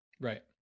Right